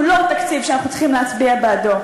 הוא לא תקציב שאנחנו צריכים להצביע בעדו.